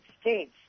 States